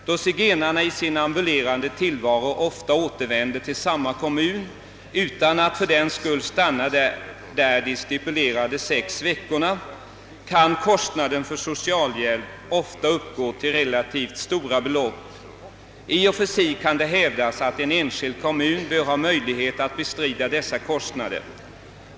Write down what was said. Då zigenarna i sin ambulerande tillvaro ofta återvänder till samma kommun — utan att fördenskull stanna där de stipulerade sex veckorna — kan kostnaden för socialhjälp ofta uppgå till relativt stora belopp. I och för sig kan hävdas att en enskild kommun bör ha möjlighet att bestrida dessa kostnader.